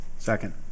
Second